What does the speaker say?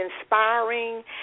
inspiring